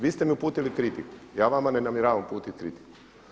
Vi ste mi uputili kritiku, ja vama ne namjeravam uputiti kritiku.